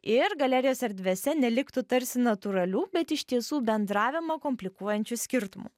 ir galerijos erdvėse neliktų tarsi natūralių bet iš tiesų bendravimą komplikuojančių skirtumų